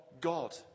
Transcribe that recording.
God